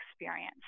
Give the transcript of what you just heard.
experience